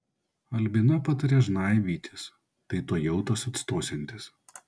albina patarė žnaibytis tai tuojau tas atstosiantis